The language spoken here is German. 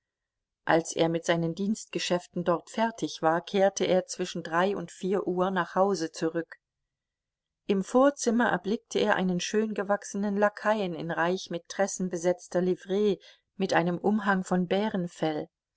als er mit seinen dienstgeschäften dort fertig war kehrte er zwischen drei und vier uhr nach hause zurück im vorzimmer erblickte er einen schöngewachsenen lakaien in reich mit tressen besetzter livree mit einem umhang von bärenfell